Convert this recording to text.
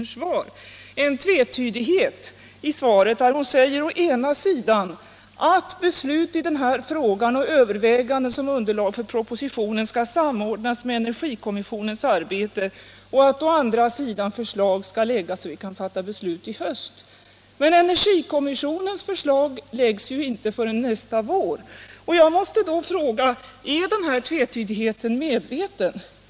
Det är den tvetydighet som ligger i att hon å ena sidan säger att beslut i denna fråga och överväganden som underlag för propositionen skall samordnas med energikommissionens arbete och att hon å andra sidan säger att förslag skall framläggas så att vi kan fatta beslut i höst. Men energikommissionens förslag kommer ju inte att framläggas förrän under nästa vår. Jag måste då fråga: Är denna tvetydighet medveten?